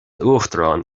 uachtaráin